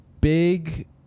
big